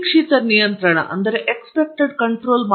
ಆದ್ದರಿಂದ ಗಣಿತೀಯ ಮಾದರಿ ಮತ್ತು ಸಿಮ್ಯುಲೇಶನ್ ಇದೀಗ ಕೆಲಸದ ದೊಡ್ಡ ಭಾಗವಾಗಿದೆ